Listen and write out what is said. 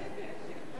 אדוני היושב-ראש, כנסת